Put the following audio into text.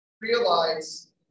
realize